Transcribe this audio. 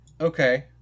Okay